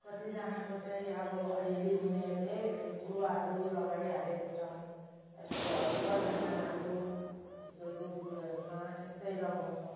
कतिजनाको चाहिँ अब अलि अलि हुनेहरूले गुवाहरू लगाइहालेको छ यस्तो अब सजनाहरू यस्तो तुलफुलहरूमा यस्तै लगाउँछौँ